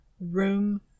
room